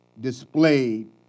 displayed